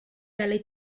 dalle